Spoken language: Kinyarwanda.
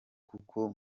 kuko